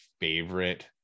favorite